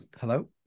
Hello